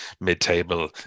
mid-table